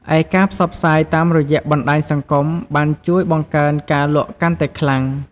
ឯការផ្សព្វផ្សាយតាមរយៈបណ្ដាញសង្គមបានជួយបង្កើនការលក់កាន់តែខ្លាំង។